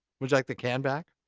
would you like the can back?